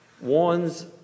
warns